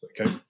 Okay